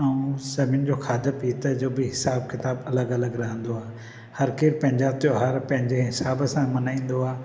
ऐं सभिनि जो खादे पीते जो बि हिसाबु किताबु अलॻि अलॻि रहंदो आ हर केर पंहिंजा त्योहार पंहिंजे हिसाब सां मल्हाईंदो आहे